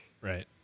Right